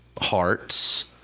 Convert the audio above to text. hearts